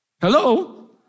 Hello